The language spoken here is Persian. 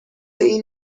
این